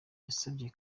yasabye